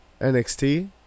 NXT